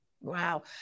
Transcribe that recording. Wow